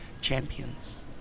champions